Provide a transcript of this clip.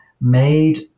made